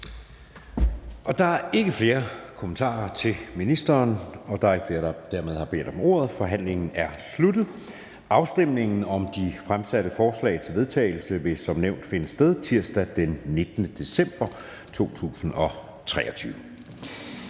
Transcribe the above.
Der er ikke flere korte bemærkninger til ministeren. Der er ikke flere, der har bedt om ordet. Forhandlingen er sluttet. Afstemning om de fremsatte forslag til vedtagelse vil som nævnt finde sted tirsdag den 19. december 2023.